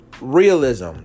realism